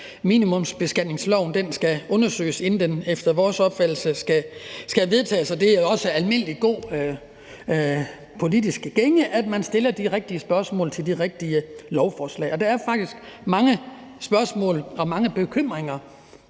minimumsbeskatningsloven skal efter vores opfattelse undersøges, inden det skal vedtages, og det er også almindelig god politisk gænge, at man stiller de rigtige spørgsmål til de rigtige lovforslag. Og der er faktisk mange spørgsmål og mange bekymringer,